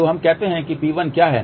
तो हम कहते हैं कि P1 क्या है